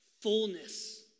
fullness